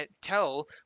tell